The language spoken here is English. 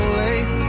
late